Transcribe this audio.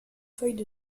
feuille